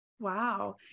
Wow